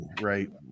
right